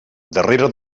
darrere